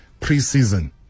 preseason